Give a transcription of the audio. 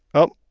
oh,